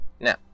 Now